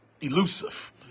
elusive